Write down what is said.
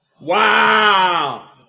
Wow